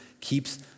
keeps